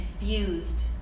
infused